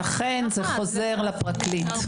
לכן זה חוזר לפרקליט.